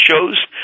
shows